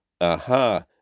Aha